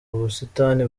busitani